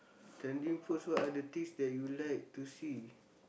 trending posts what are the things that you like to see